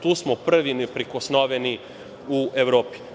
Tu smo prvi i neprikosnoveni u Evropi.